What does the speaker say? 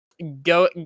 Go